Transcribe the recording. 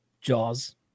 Jaws